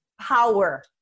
power